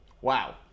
Wow